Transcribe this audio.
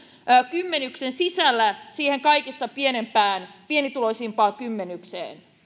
kymmenyksen sisällä siihen kaikista pienituloisimpaan kymmenykseen